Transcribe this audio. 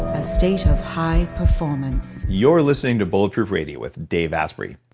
a state of high performance you're listening to bulletproof radio with dave asprey.